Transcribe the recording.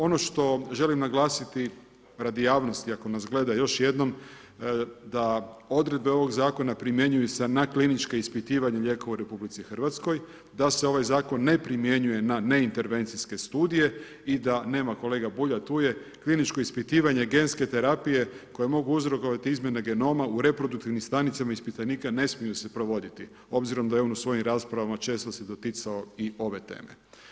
Ono što želim naglasiti radi javnosti, ako nas gledaju, još jednom, da odredbe ovog Zakona primjenjuju se na klinička ispitivanja lijekova u RH, da se ovaj Zakon ne primjenjuje na neintervencijske studije i da, nema kolege Bulja, tu je, kliničko ispitivanje genske terapije koje mogu uzrokovati izmjene genoma u reproduktivnim stanicama ispitanika ne smiju se provoditi, obzirom da je on u svojim raspravama često se doticao i ove teme.